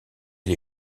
les